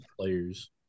players